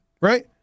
right